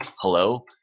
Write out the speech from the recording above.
hello